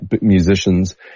musicians